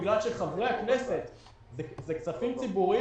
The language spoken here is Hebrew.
בגלל שאלו כספים ציבוריים,